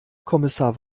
kommissar